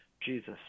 Jesus